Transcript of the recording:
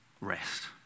rest